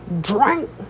drink